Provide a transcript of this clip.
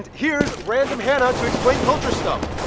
and here's random hannah to explain culture stuff!